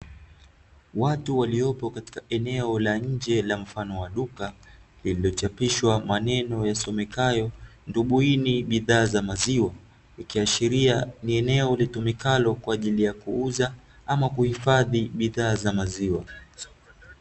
Watu waliopo katika eneo la nje la mfano wa duka limechapishwa maneno yasomekayo ndumbuini bidhaa za maziwa ikiashiria ni eneo litumikalo kwa ajili ya kuuza ama kuhifadhi bidhaa za maziwa.